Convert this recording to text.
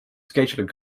scheduling